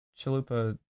chalupa